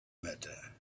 matter